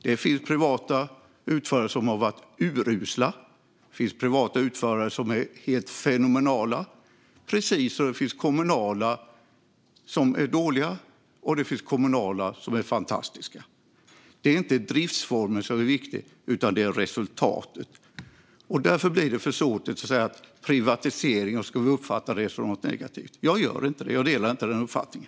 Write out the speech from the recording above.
Det finns privata utförare som har varit urusla. Och så finns det finns privata utförare som är helt fenomenala, precis som det finns kommunala som är dåliga och kommunala som är fantastiska. Det är inte driftsformen som är viktig utan resultatet. Därför blir det försåtligt att tala om privatisering så att vi ska uppfatta det som något negativt. Jag gör inte det. Jag delar inte den uppfattningen.